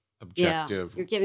objective